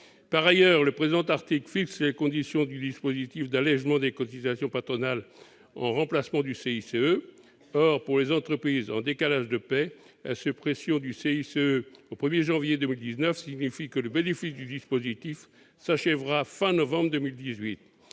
Par ailleurs, le présent article fixe les modalités du dispositif d'allégement des cotisations patronales en remplacement du CICE. Or, pour les entreprises en décalage de paye, la suppression du CICE au 1 janvier 2019 signifie que le bénéfice du dispositif cessera fin novembre 2018.